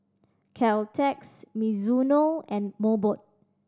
Caltex Mizuno and Mobot